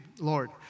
Lord